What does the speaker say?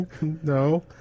No